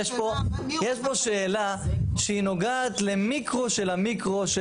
יש פה שאלה שהיא נוגעת למיקרו של המיקרו של